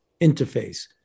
interface